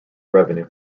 revenue